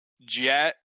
Jet